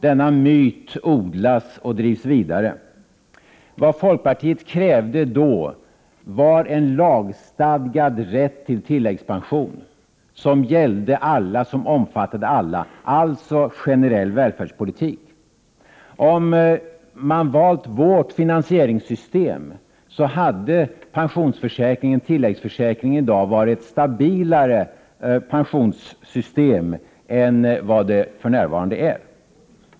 Denna myt odlas och drivs vidare. Vad folkpartiet krävde då var en lagstadgad rätt till tilläggspension som omfattade alla — alltså en generell välfärdspolitik. Om man valt vårt finansieringssystem, hade pensionsförsäkringen och tilläggsförsäkringen i dag varit stabilare pensionssystem än vad de för närvarande är.